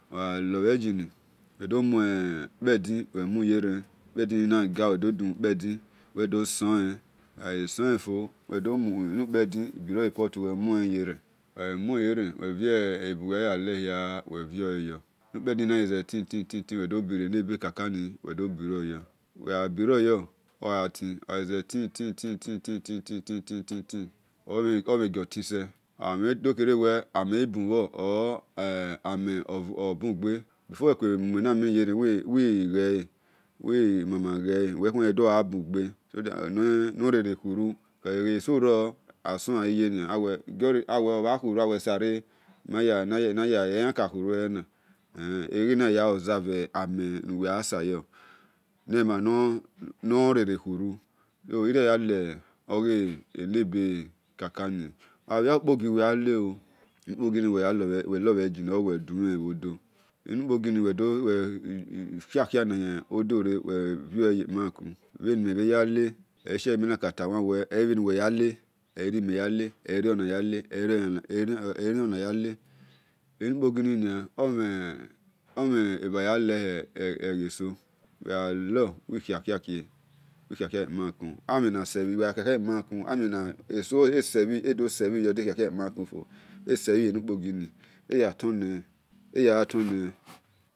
Agha-lobhe gini uwedo mue potu yeren, uwido he emhin-hia yo oghaghi ze tin, tin, tin u wido he emhin hia yo-enukpedin gha ze tin tin uwido-bere-bekaka your ogha tin ogha ghi ze tin, tin, tin-omhen eghio tise uwidoke-re we amen-bunbhor before uwe kue munamen yeren uwima ma ghele cos amhen egi o tinse so that nor rere khuru eso-ro awe sare ason aye eyan-ka-khure elena egheni aya obserbe amen so irio aiya lebekaka de-uwe domhen-bho-doo or engina ukhiakha na hin re bhe ne-meya-he eyirio uwe yahe amhen na sebhi yi eso esebhi yo ya gha turnen